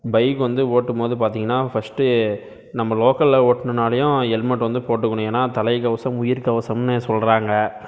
bike வந்து ஓட்டும் போது பார்த்திங்கன்னா ஃபர்ஸ்ட்டு நம்ம லோக்கலில் ஓட்டினனாலயும் ஹெல்மெட் வந்து போட்டுக்கணும் ஏன்னால் தலைக்கவசம் உயிர்க்கவசம்னு சொல்கிறாங்க